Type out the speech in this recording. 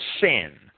sin